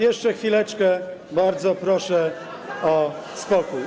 Jeszcze chwileczkę, bardzo proszę o spokój.